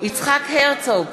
יצחק הרצוג,